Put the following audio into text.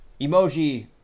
emoji